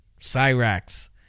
Cyrax